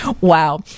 Wow